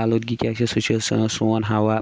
آلودگی کیاہ چھُ سُہ چھُ سون ہوا